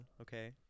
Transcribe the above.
Okay